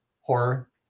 horror